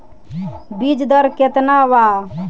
बीज दर केतना वा?